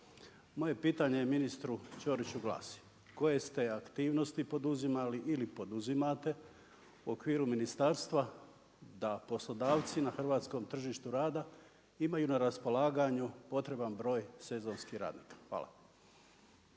Moje pitanje Ćoriću glasi. Koje ste aktivnosti poduzimali ili poduzimate u okviru ministarstva, da poslodavci na hrvatskom tržištu rada, imaju na raspolaganju potreban broj sezonskih radnika. Hvala.